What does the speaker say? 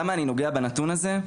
למה אני נוגע בנתון הזה,